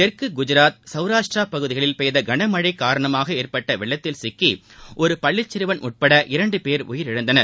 தெற்கு குஜராத் சௌராஷ்டிரா பகுதிகளில் பெய்த கனமழை காரணமாக ஏற்பட்ட வெள்ளத்தில் சிக்கி ஒரு பள்ளி சிறுவன் உட்பட இரண்டு பேர் உயிரிழந்தனர்